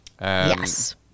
yes